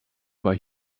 bei